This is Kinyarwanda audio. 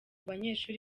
banyeshuri